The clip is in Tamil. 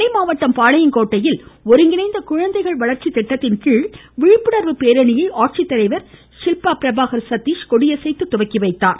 நெல்லை மாவட்டம் பாளையங்கோட்டையில் ஒருங்கிணைந்த குழந்தைகள் வளர்ச்சி திட்டத்தின்கீழ் விழிப்புணர்வு பேரணியை ஆட்சித்தலைவர் ஷில்பா பிரபாகர் ச தீஷ் கொடியசைத்து துவக்கி வைத்தார்